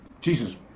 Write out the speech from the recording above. Jesus